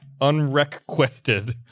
unrequested